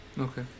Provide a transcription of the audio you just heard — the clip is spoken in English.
Okay